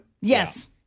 Yes